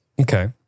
Okay